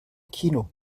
kino